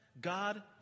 God